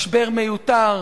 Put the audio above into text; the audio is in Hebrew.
משבר מיותר,